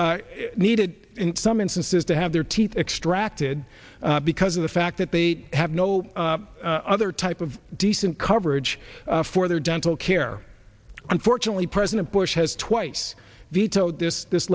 o needed in some instances to have their teeth extracted because of the fact that they have no other type of decent coverage for their dental care unfortunately president bush has twice vetoed this this